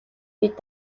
бид